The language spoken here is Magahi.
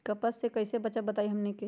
कपस से कईसे बचब बताई हमनी के?